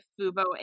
Fubo